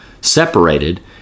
separated